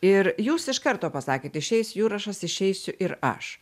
ir jūs iš karto pasakėt išeis jurašas išeisiu ir aš